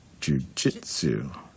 jujitsu